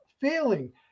failing